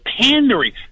pandering